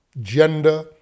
gender